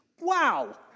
Wow